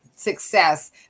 Success